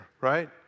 right